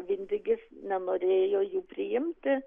vindigis nenorėjo jų priimti